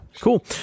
cool